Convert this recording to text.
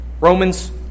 Romans